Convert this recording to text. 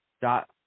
dot